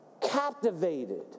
captivated